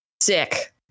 sick